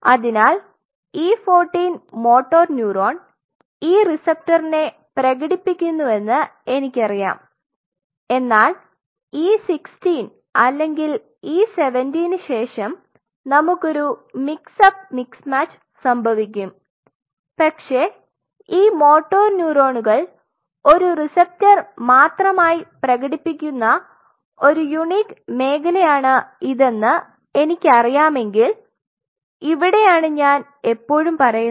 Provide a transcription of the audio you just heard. അതിനാൽ E 14 motor neuron ഈ റിസപ്റ്ററിനെ പ്രകടിപ്പിക്കുന്നുവെന്ന് എനിക്കറിയാം എന്നാൽ E 16 അല്ലെങ്കിൽ E 17 ന് ശേഷം നമുക്ക് ഒരു മിക്സ് അപ്പ് മിക്സ് മാച്ച് സംഭവിക്കും പക്ഷേ ഈ മോട്ടോർ ന്യൂറോണുകൾ ഒരു റിസപ്റ്റർ മാത്രമായി പ്രകടിപ്പിക്കുന്ന ഒരു യൂണിക് മേഖലയാണ് ഇതെന്ന് എനിക്കറിയാമെങ്കിൽ ഇവിടെയാണ് ഞാൻ എപ്പോഴും പറയുന്നത്